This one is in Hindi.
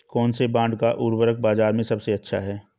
कौनसे ब्रांड का उर्वरक बाज़ार में सबसे अच्छा हैं?